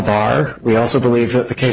bar we also believe that the case